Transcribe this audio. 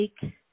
take